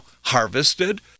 harvested